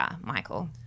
Michael